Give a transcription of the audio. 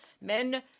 men